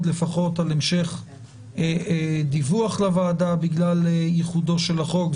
לפחות על המשך דיווח לוועדה בגלל ייחודו של החוק.